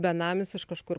benamis iš kažkur